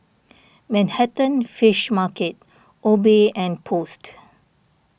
Manhattan Fish Market Obey and Post